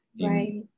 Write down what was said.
right